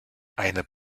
eine